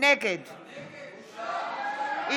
נגד בושה, בושה.